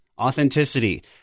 authenticity